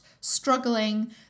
struggling